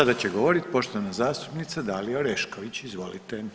Sada će govoriti poštovana zastupnica Dalija Orešković, izvolite.